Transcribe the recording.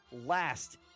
last